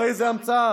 הרי זו המצאה,